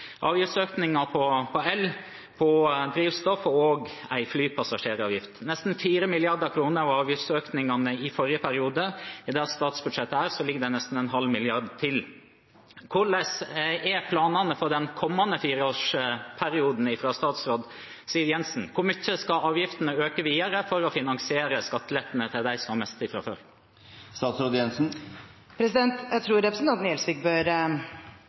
avgiftsøkninger på el og på drivstoff og en flypassasjeravgift. Nesten 4 mrd. kr var avgiftsøkningene på i forrige periode. I dette statsbudsjettet ligger det nesten 0,5 mrd. kr til. Hvordan er statsråd Siv Jensens planer for den kommende fireårsperioden? Hvor mye skal avgiftene øke videre for å finansiere skattelettene til dem som har mest fra før? Jeg tror representanten Gjelsvik bør